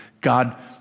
God